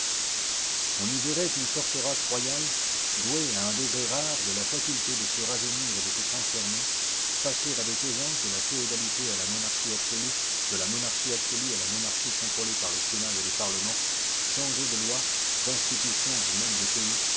on y verrait une forte race royale douée à un degré rare de la faculté de se rajeunir et de se transformer passer avec aisance de la féodalité à la monarchie absolue de la monarchie absolue à la monarchie contrôlée par les sénats et les parlements changer de lois d'institutions et même de pays